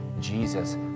Jesus